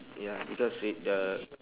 ya because it uh